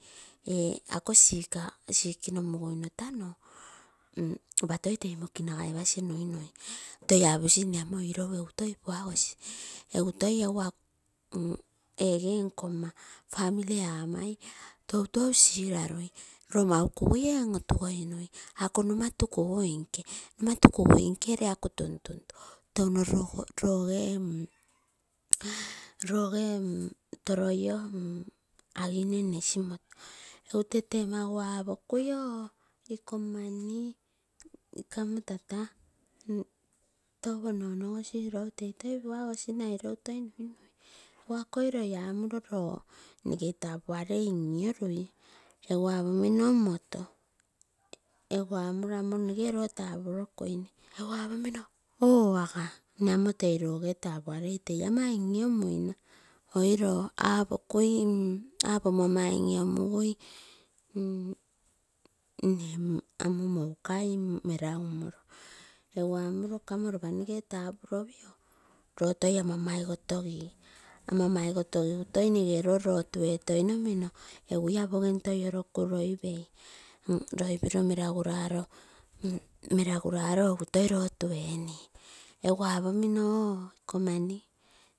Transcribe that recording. Ako sick nomaguino tano ropa toi tei moki nagai pasi nuinui, toi aposi nne amo ikou egu toi paagosi. Egu toi egu ege nkomma family amai toutou siralai roo mau kupai ee on ontugo nui, ako nomata kaguinke, namatu kugai nke ue akuu tuntuntuu, touno noge toroioo aginee nnesimoto egu teeragu apokui oh iko mani kamo tata, ilou tei toi puagoina ilou toi nuinui, egu akoi loi amuro loo nepe tapualei iouroonui egu apomino amoto kamo nno tapulokuine, oh aga nne tei loge tapualei tei ama lolomuina oiroo, apokui apomono ama in lomugui nne amo monkai meragumoro, egu amuro kamo ropa nege tapuro pioo, lootoi ama maigo togii, ama maigo togigu toi nege loo lotu etoi nomino egu ia pogem toi orokuu poipei, loipiro reeragu raro egu toi lotu enii egu apomino oh ikoo mani.